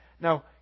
Now